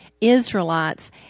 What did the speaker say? Israelites